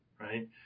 right